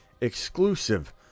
exclusive